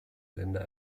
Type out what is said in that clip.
länder